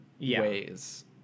ways